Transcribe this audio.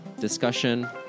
discussion